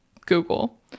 google